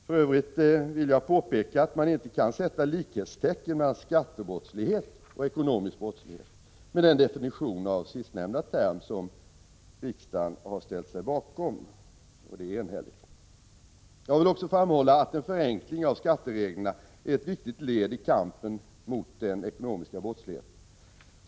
För övrigt vill jag påpeka att man inte kan sätta likhetstecken mellan skattebrottslighet och ekonomisk brottslighet, med den definition av sistnämnda term som riksdagen enhälligt har ställt sig bakom. Jag vill också framhålla att en förenkling av skattereglerna är ett viktigt led i kampen mot den ekonomiska brottsligheten.